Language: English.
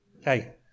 Hey